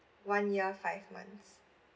one year five months